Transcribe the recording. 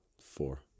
Four